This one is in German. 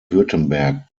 württemberg